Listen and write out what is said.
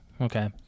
okay